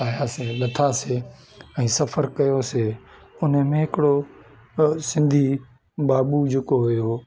आहियासीं लथासीं ऐं सफ़रु कयोसीं उन में हिकिड़ो सिंधी बाबू जेको हुओ